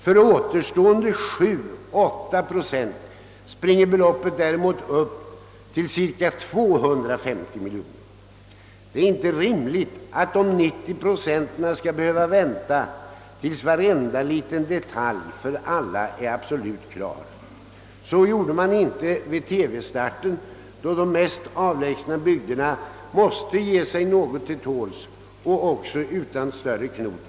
För återstående 7 å 8 procent springer beloppet däremot upp i cirka 200 miljoner. Det är inte rimligt att de 90 procenten skall behöva vänta tills varenda liten detalj är absolut färdig. Så skedde inte vid TV-starten, då de mest avlägsna orterna fick lov att ge sig till tåls något och också gjorde det utan större knot.